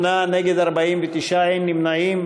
38 בעד, 49 נגד, אין נמנעים.